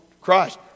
Christ